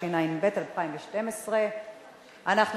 התשע"ב 2012. חוק ההתייעלות הכלכלית (תיקוני חקיקה ליישום